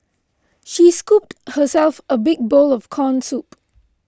she scooped herself a big bowl of Corn Soup